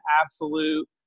absolute